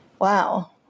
wow